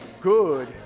good